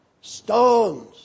stones